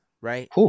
right